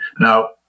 Now